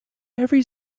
every